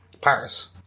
Paris